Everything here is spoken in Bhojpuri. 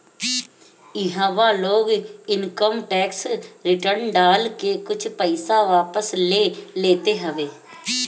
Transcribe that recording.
इहवा लोग इनकम टेक्स रिटर्न डाल के कुछ पईसा वापस ले लेत हवे